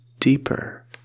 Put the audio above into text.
deeper